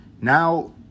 Now